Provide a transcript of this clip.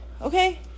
okay